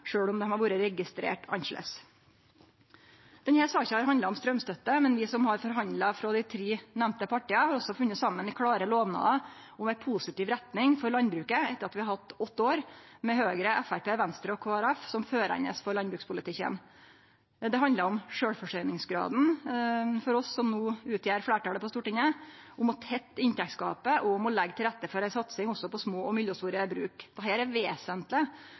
om dei har vore registrerte annleis. Denne saka har handla om straumstøtte, men vi som har forhandla i dei tre nemnte partia, har også funne saman om klare lovnadar om ei positiv retning for landbruket etter at vi har hatt åtte år med Høgre, Framstegspartiet, Venstre og Kristeleg Folkeparti som førande for landbrukspolitikken. Det handlar om sjølvforsyningsgraden for oss som no utgjer fleirtalet på Stortinget, om å tette inntektsgapet og om å leggje til rette for ei satsing også på små og mellomstore bruk. Dette er vesentleg